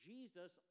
Jesus